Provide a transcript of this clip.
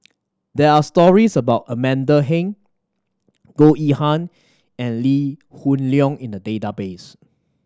there are stories about Amanda Heng Goh Yihan and Lee Hoon Leong in the database